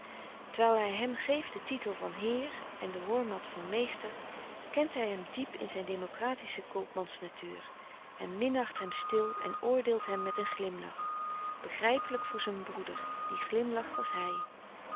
terwijl hij hem geeft den titel van heer en de hormat van meester kent hij hem diep in zijn democratische koopmansnatuur en minacht hem stil en oordeelt hem met een glimlach begrijpelijk voor zijn broeder die glimlacht als hij